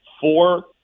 four